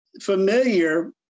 familiar